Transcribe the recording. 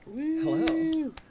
Hello